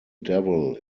devil